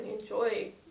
enjoy